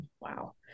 Wow